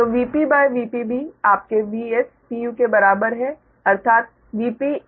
तो Vp VpB आपके Vspu के बराबर है अर्थात VpVppuVpB है